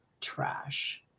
trash